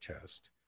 test